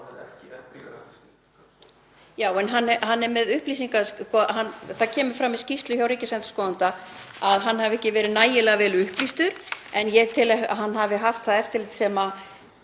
Já, en hann er með upplýsingar. Það kemur fram í skýrslu hjá ríkisendurskoðanda að hann hafi ekki verið nægilega vel upplýstur en ég tel að hann hafi haft það eftirlit. Ég er